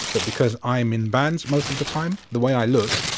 but because i'm in bands most of the time, the way i look,